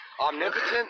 Omnipotent